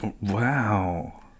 Wow